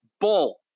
bull